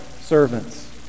servants